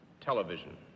television